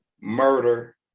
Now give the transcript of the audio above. murder